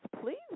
please